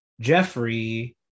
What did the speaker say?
Jeffrey